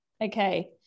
Okay